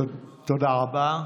תודה רבה.